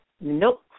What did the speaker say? Nope